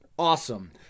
awesome